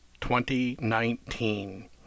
2019